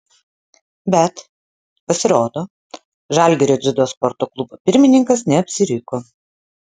bet pasirodo žalgirio dziudo sporto klubo pirmininkas neapsiriko